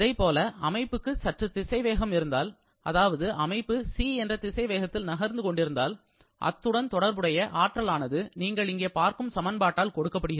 அதைப்போல அமைப்புக்கு சற்று திசைவேகம் இருந்தால் அதாவது அமைப்பு c என்ற திசை வேகத்தில் நகர்ந்து கொண்டிருந்தால் அத்துடன் தொடர்புடைய ஆற்றலானது நீங்கள் இங்கே பார்க்கும் சமன்பாட்டால் கொடுக்கப்படுகிறது